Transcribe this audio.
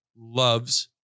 loves